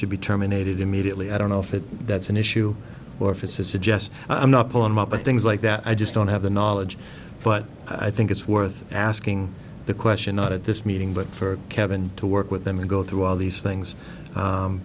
should be terminated immediately i don't know if that that's an issue or if it's is it just i'm not pull him up and things like that i just don't have the knowledge but i think it's worth asking the question not at this meeting but for kevin to work with them and go through all these things